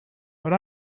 but